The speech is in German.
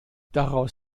daraus